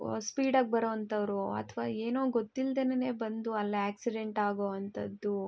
ಸ್ಪೀಡಾಗಿ ಬರೋ ಅಂಥವ್ರು ಅಥ್ವಾ ಏನೂ ಗೊತ್ತಿಲ್ದೆನೆ ಬಂದು ಅಲ್ಲಿ ಆಕ್ಸಿಡೆಂಟ್ ಆಗೋವಂಥದ್ದು